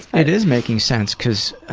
it is making sense because.